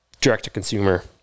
direct-to-consumer